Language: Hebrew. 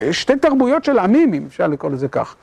אלה שתי תרבויות של עמים, אם אפשר לקרוא לזה כך.